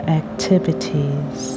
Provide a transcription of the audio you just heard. activities